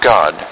God